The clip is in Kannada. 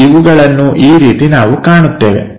ಮತ್ತು ಇವುಗಳನ್ನು ಈ ರೀತಿ ನಾವು ಕಾಣುತ್ತೇವೆ